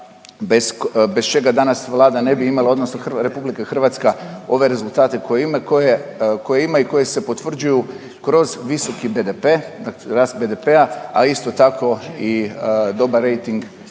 bez čega danas Vlada ne bi imala odnosno RH ove rezultate koje ima, koje, koje ima i koji se potvrđuju kroz visoki BDP, rast BDP-a, a isto tako i dobar rejting